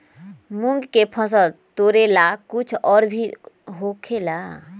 मूंग के फसल तोरेला कुछ और भी होखेला?